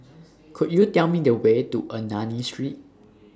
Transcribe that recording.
Could YOU Tell Me The Way to Ernani Street